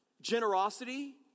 Generosity